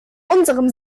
unserem